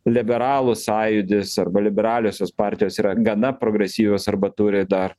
liberalų sąjūdis arba liberaliosios partijos yra gana progresyvios arba turi dar